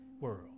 world